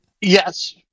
Yes